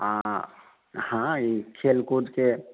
हँ ई खेलकूदके